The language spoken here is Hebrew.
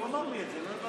הוא גם